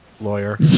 lawyer